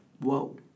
Whoa